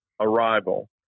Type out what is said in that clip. arrival